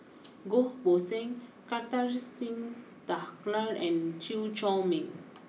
Goh Poh Seng Kartar Singh Thakral and Chew Chor Meng